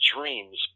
dreams